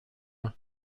are